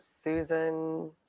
Susan